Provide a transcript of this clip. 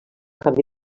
canvi